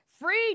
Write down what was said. Free